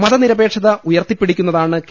മതനിരപേക്ഷത ഉയർത്തിപിടിക്കുന്നതാണ് കെ